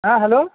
হ্যাঁ হ্যালো